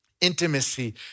intimacy